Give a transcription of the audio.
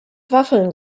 waffeln